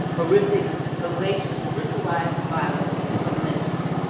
horrific, hellacious, ritualized violence of lynching.